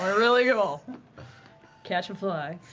really cool. catch a fly.